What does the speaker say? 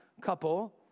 couple